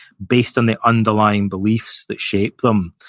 based on the underlying beliefs that shape them.